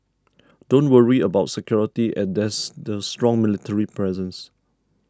don't worry about security and there's a strong military presence